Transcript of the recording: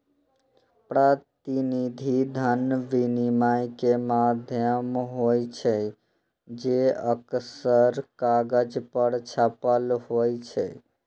प्रतिनिधि धन विनिमय के माध्यम होइ छै, जे अक्सर कागज पर छपल होइ छै